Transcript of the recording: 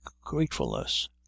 gratefulness